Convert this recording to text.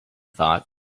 thought